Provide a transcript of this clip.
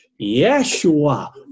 Yeshua